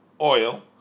oil